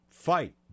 Fight